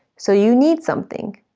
so, you need something.